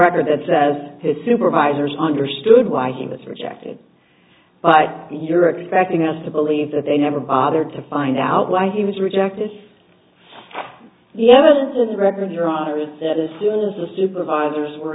record that says his supervisors understood why he was rejected but you're expecting us to believe that they never bothered to find out why he was rejected yaml records your honor is that as soon as the supervisors were